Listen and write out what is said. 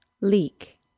leak